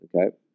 Okay